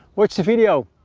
watch the video.